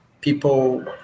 people